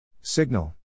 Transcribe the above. Signal